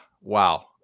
Wow